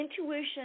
intuition